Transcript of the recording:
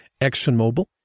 ExxonMobil